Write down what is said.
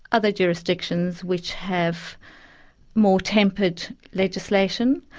other jurisdictions which have more tempered legislation,